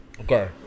Okay